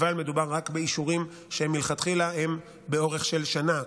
אבל מדובר רק באישורים שהם מלכתחילה באורך של שנה,